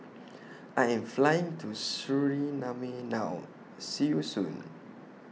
I Am Flying to Suriname now See YOU Soon